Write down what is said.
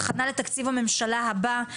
הכנה לתקציב הממשלה הבא,